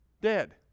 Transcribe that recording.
Dead